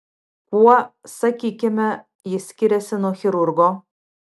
kuo sakykime jis skiriasi nuo chirurgo